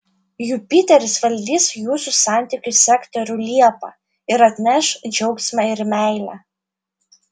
jupiteris valdys jūsų santykių sektorių liepą ir atneš džiaugsmą ir meilę